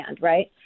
right